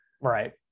Right